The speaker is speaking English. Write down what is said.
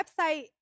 website